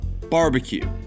barbecue